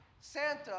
Santa